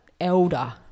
elder